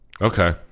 Okay